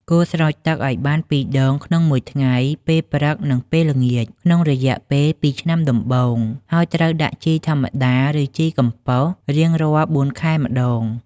គួរស្រោចទឹកឲ្យបាន ២ ដងក្នុងមួយថ្ងៃ ពេលព្រឹក និងពេលល្ងាច ក្នុងរយៈពេល ២ ឆ្នាំដំបូង ហើយត្រូវដាក់ជីធម្មជាតិ ឬជីកំប៉ុស្តរៀងរាល់ ៤ ខែម្តង។